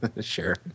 Sure